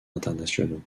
internationaux